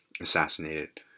assassinated